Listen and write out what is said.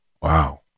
Wow